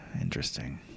Interesting